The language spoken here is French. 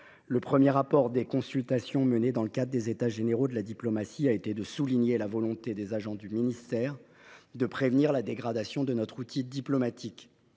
et bienvenue. Les consultations menées dans le cadre des États généraux de la diplomatie ont eu pour premier effet de souligner la volonté des agents du ministère de prévenir la dégradation de notre outil diplomatique.